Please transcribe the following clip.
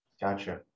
Gotcha